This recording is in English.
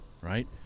right